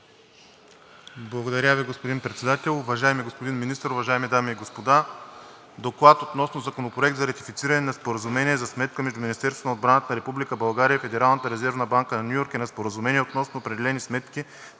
Благодаря Ви, господин Председател. Уважаеми господин Министър, уважаеми дами и господа! „ДОКЛАД относно Законопроект за ратифициране на Споразумение за сметка между Министерството на отбраната на Република България и Федералната резервна банка на Ню Йорк и на Споразумение относно определени сметки,